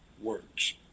words